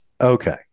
Okay